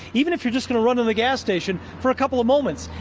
even if you're just going to run to the gas station for a couple of moments.